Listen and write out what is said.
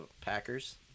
Packers